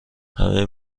همه